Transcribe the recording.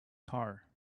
tar